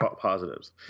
positives